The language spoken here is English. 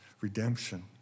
redemption